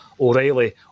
O'Reilly